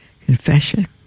confession